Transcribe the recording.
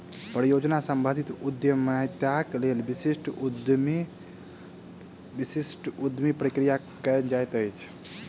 परियोजना सम्बंधित उद्यमिताक लेल विशिष्ट उद्यमी प्रक्रिया कयल जाइत अछि